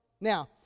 Now